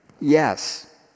yes